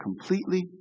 completely